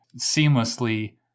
seamlessly